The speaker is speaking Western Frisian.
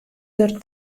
der